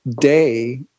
day